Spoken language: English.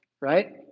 right